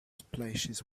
splashes